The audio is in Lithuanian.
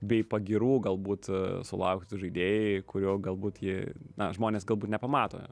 bei pagirų galbūt sulauktų žaidėjai kurių galbūt ji na žmonės galbūt nepamato